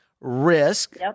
Risk